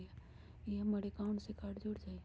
ई हमर अकाउंट से कार्ड जुर जाई?